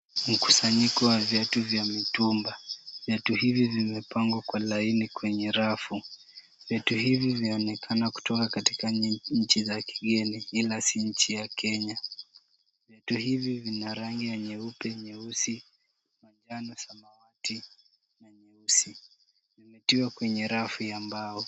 Mkusanyiko wa viatu vya mitumba . Viatu hivi vimepangwa kwenye laini kwenye rafu. Viatu hivi vyaonekana kutoka katika nchi za kigeni ila si nchi ya kenya. Viatu hivi vina rangi ya nyeupe, nyeusi, manjano, samawati na nyeusi vimetiwa kwenye rafu ya mbao.